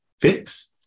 fix